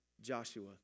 Joshua